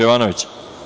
Jovanović.